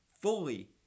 fully